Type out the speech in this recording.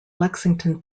lexington